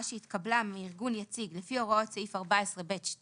שהתקבלה מארגון יציג לפי הוראות סעיף 14(ב)(2)